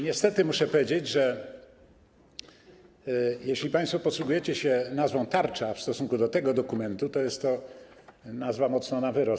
Niestety muszę powiedzieć, że jeśli państwo posługujecie się nazwą „tarcza” w stosunku do tego dokumentu, to jest to nazwa mocno na wyrost.